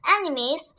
enemies